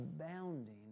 abounding